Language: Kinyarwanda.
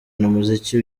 umuziki